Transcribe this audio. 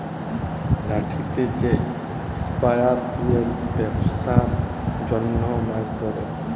লাঠিতে যে স্পিয়ার দিয়ে বেপসার জনহ মাছ ধরে